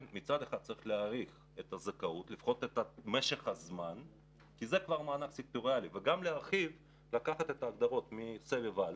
צריך להאריך את הזכאות ואת משך הזמן וגם להרחיב את מעגל הזכאים,